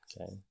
Okay